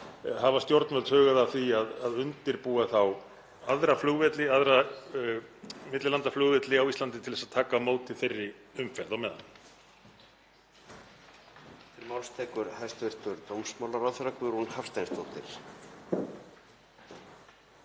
Hafa stjórnvöld hugað að því að undirbúa þá aðra flugvelli, aðra millilandaflugvelli á Íslandi, til að taka á móti þeirri umferð á meðan?